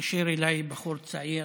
התקשר אליי בחור צעיר,